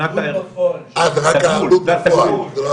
המטרו הוא עם פוטנציאל להפוך את הערים שלנו לכאלה